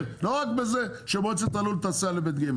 לא רק בזה שמועצת הלול תעשה א' ב' ג',